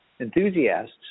enthusiasts